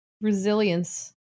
resilience